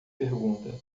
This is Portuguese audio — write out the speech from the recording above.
pergunta